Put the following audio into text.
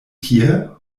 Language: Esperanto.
tie